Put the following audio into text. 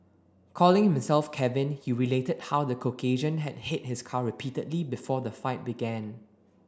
calling himself Kevin he related how the Caucasian had hit his car repeatedly before the fight began